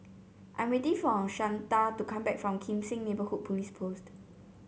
I'm waiting for Shanta to come back from Kim Seng Neighbourhood Police Post